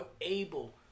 able